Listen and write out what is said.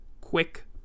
quick